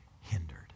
hindered